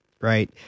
right